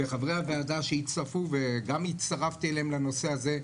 מחברי הוועדה שהצטרפו וגם הצטרפתי אליהם לנושא הזה,